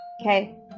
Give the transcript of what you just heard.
Okay